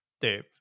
Dave